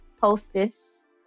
hostess